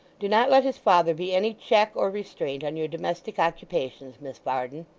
do not let his father be any check or restraint on your domestic occupations, miss varden